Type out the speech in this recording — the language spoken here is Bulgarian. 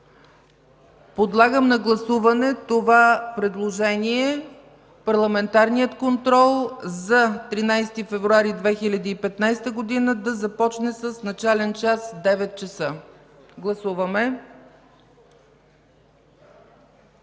Подлагам на гласуване това предложение – парламентарният контрол за 13 февруари 2015 г., да започне с начален час 9,00 ч. Гласуваме.